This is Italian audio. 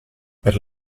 per